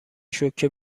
شوکه